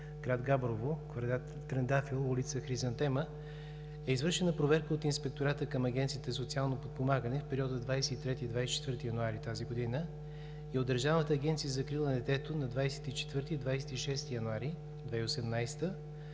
град Габрово, квартал „Трендафил“, улица „Хризантема“, е извършена проверка от Инспектората към Агенцията за социално подпомагане в периода 23 – 24 януари тази година и от Държавната агенция за закрила на детето на 24 – 26 януари 2018